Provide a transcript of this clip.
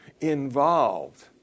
involved